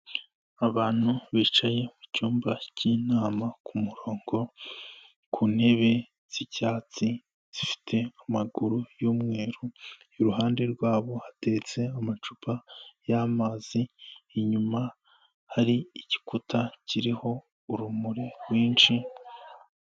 Abantu bicaye mu icyumba cyinama ku murongo ku ntebe z'icyatsi zifite amaguru y'umweru iruhande rwabo hateretse amacupa y'amazi inyuma hari igikuta kiriho urumuri rwinshi.